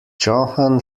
johann